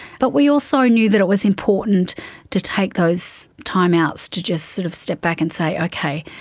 but we also knew that it was important to take those time-outs, to just sort of step back and say, okay,